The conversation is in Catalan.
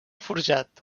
forjat